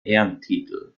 ehrentitel